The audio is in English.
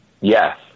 Yes